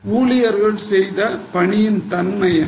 ஊழியர்கள் செய்த பணியின் தன்மை என்ன